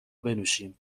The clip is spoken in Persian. بنوشیم